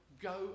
go